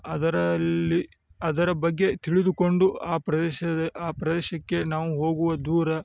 ಅದರಲ್ಲಿ ಅದರ ಬಗ್ಗೆ ತಿಳಿದುಕೊಂಡು ಆ ಪ್ರದೇಶದ ಆ ಪ್ರದೇಶಕ್ಕೆ ನಾವು ಹೋಗುವ ದೂರ